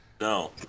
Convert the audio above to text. No